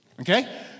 Okay